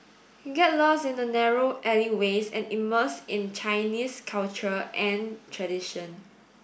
get lost in the narrow alleyways and immerse in Chinese culture and tradition